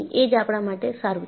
એ જ આપણા માટે સારું છે